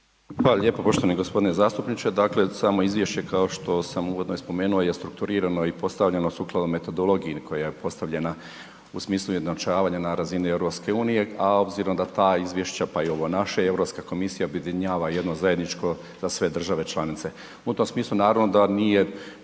Hvala lijepo poštovani g. zastupniče. Dakle samo izvješće kao što sam uvodno i spomenuo je strukturirano i postavljeno sukladno metodologiji koja je postavljena u smislu .../Govornik se ne razumije./... na razini EU-a a obzirom da ta izvješća pa i ovo naše je Europska komisija objedinjava u jedno zajedničko za sve države članice. U tom smislu naravno da nije